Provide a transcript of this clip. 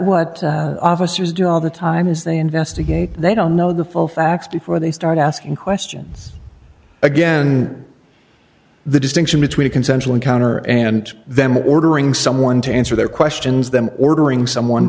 what officers do all the time is they investigate they don't know the full facts before they start asking questions again the distinction between a consensual encounter and them ordering someone to answer their questions them ordering someone